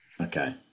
Okay